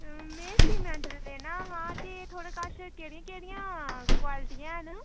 में सीमेंट लेना हा ते थुआढ़े कश केह्ड़ियां केह्ड़ियां क्वाल्टियां हैन